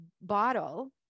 bottle